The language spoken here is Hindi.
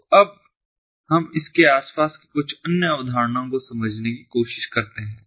तो अब हम इसके आसपास की कुछ अन्य अवधारणाओं को समझने की कोशिश करते हैं